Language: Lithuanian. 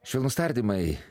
švelnūs tardymai